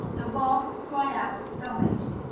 the world would cry out astonished.